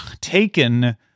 taken